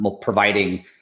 providing